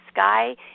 sky